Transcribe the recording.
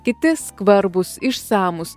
kiti skvarbūs išsamūs